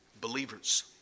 Believers